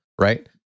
Right